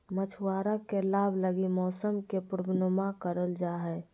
मछुआरा के लाभ लगी मौसम के पूर्वानुमान करल जा हइ